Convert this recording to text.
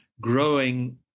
growing